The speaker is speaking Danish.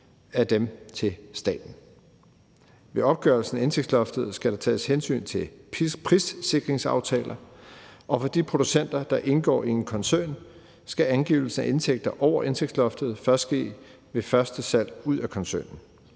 af dem til staten. Ved opgørelsen af indtægtsloftet skal der tages hensyn til prissikringsaftaler, og for de producenter, der indgår i en koncern, skal angivelse af indtægter over indtægtsloftet først ske ved første salg ud af koncernen.